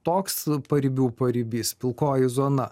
toks paribių paribys pilkoji zona